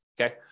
okay